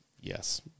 Yes